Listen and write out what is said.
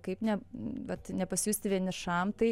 kaip ne vat ne pasijusti vienišam tai